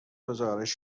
گزارش